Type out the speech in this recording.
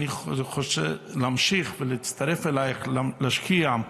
אני חושב להמשיך ולהצטרף אלייך ולהשקיע,